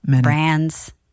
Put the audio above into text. brands